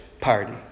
party